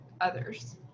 others